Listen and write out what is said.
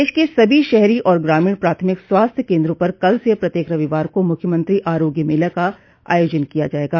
प्रदेश के सभी शहरी और ग्रामीण प्राथमिक स्वास्थ्य केन्द्रों पर कल से प्रत्येक रविवार को मुख्यमंत्री आरोग्य मेला का आयोजन किया जायेगा